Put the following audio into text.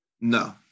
no